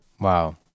Wow